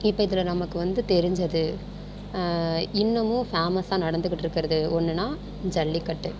இப்போ இதில் நமக்கு வந்து தெரிஞ்சது இன்னமும் ஃபேமஸாக நடந்துக்கிட்டு இருக்கிறது ஒன்றுனா ஜல்லிக்கட்டு